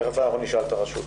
תיכף נשאל את נציגת הרשות.